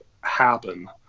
happen